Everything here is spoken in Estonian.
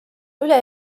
üle